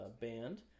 band